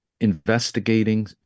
investigating